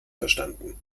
verstanden